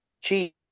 cheap